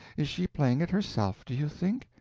is she playing it herself, do you think?